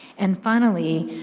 and finally,